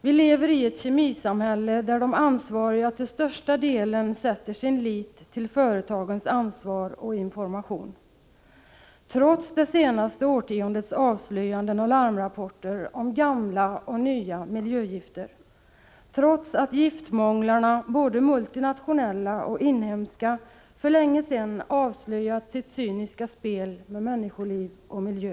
Vi lever i ett kemisamhälle där de ansvariga till största delen sätter sin lit till företagens ansvar och information. Detta sker trots det senaste årtiondets avslöjanden och larmrapporter om gamla och nya miljögifter och trots att giftmånglarna— både multinationella och inhemska - för länge sedan avslöjat — Prot. 1985/86:31 sitt cyniska spel med människoliv och miljö.